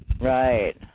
Right